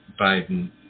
Biden